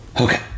Okay